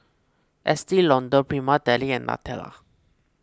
Estee Lauder Prima Deli and Nutella